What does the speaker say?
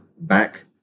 back